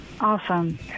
Awesome